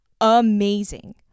amazing